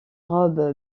robe